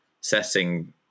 setting